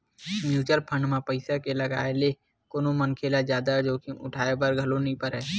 mutual fund म पइसा के लगाए ले कोनो मनखे ल जादा जोखिम उठाय बर घलो नइ परय